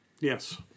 Yes